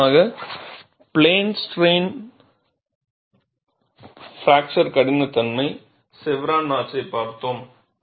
முக்கியமாக plane strain fracture கடினத்தன்மை chevron நாட்ச்யைப் பார்த்தோம்